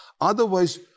Otherwise